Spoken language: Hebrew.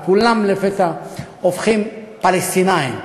וכולם לפתע הופכים פלסטינים.